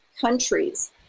countries